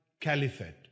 caliphate